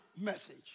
message